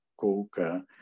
coca